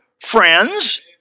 friends